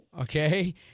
Okay